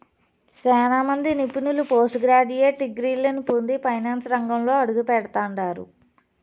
సేనా మంది నిపుణులు పోస్టు గ్రాడ్యుయేట్ డిగ్రీలని పొంది ఫైనాన్సు రంగంలో అడుగుపెడతండారు